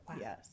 Yes